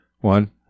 One